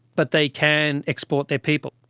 but they can export their people.